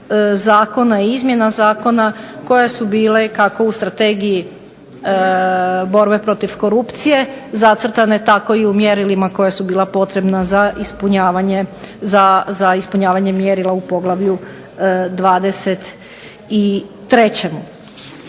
zakona i izmjena zakona koja su bile kako u Strategiji borbe protiv korupcije zacrtane tako i u mjerilima koja su bila potrebna za ispunjavanje mjerila u poglavlju 23.